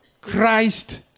Christ